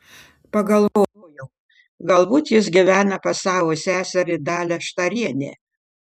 pagalvojau galbūt jis gyvena pas savo seserį dalią štarienę